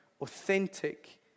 authentic